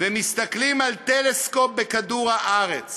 ומסתכלים בטלסקופ על כדור-הארץ